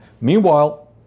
Meanwhile